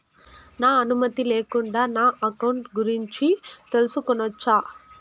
నా అనుమతి లేకుండా నా అకౌంట్ గురించి తెలుసుకొనొచ్చా?